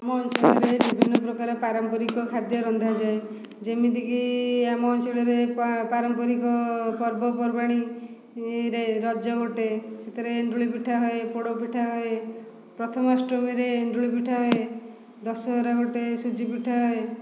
ଆମ ଅଞ୍ଚଳରେ ବିଭିନ୍ନ ପ୍ରକାର ପାରମ୍ପରିକ ଖାଦ୍ୟ ରନ୍ଧାଯାଏ ଯେମିତିକି ଆମ ଅଞ୍ଚଳରେ ପାରମ୍ପରିକ ପର୍ବପର୍ବାଣି ରେ ରଜ ଗୋଟିଏ ସେଥିରେ ଏଣ୍ଡୁରି ପିଠା ହୁଏ ପୋଡ଼ ପିଠା ହୁଏ ପ୍ରଥମାଷ୍ଟମୀ ରେ ଏଣ୍ଡୁରି ପିଠା ହୁଏ ଦଶହରା ଗୋଟେ ସୁଜି ପିଠା ହୁଏ